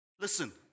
Listen